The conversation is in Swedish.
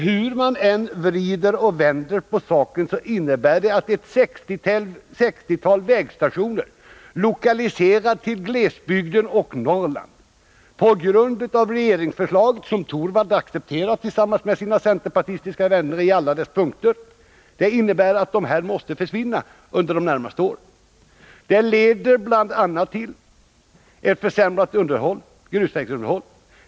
Hur man än vrider och vänder på saken, finner man: För det första att ett 60-tal vägstationer, lokaliserade till glesbygden och Norrland, på grund av regeringsförslaget som Rune Torwald tillsammans med sina centerpartistiska vänner accepterat i alla dess punkter, måste försvinna under de närmaste åren. För det andra att förslaget leder bl.a. till försämrat grusvägsunderhåll.